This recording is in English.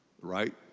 right